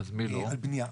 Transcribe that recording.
על בנייה.